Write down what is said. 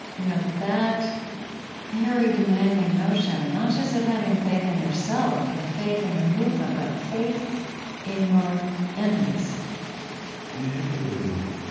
you know that very demanding notion, not just of having faith in yourself or faith in your movement, but faith in your enemies you have to believe,